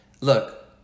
Look